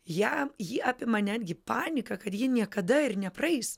ją jį apima netgi panika kad ji niekada ir nepraeis